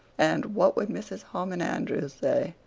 and what would mrs. harmon andrews say?